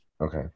okay